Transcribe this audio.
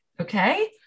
Okay